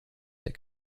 that